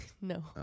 No